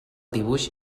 dibuix